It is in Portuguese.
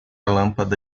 lâmpada